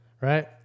right